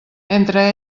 entre